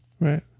Right